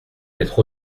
m’être